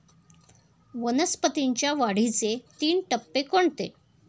वनस्पतींच्या वाढीचे तीन टप्पे कोणते?